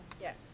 Yes